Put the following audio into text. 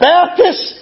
Baptist